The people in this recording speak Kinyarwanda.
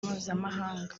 mpuzamahanga